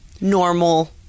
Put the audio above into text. normal